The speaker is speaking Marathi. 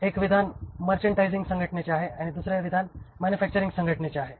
एक विधान मर्चंडायसिंग संघटनेचे आहे आणि दुसरे विधान मॅनुफॅक्चरिंग संघटनेचे आहे